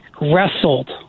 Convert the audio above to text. wrestled